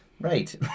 Right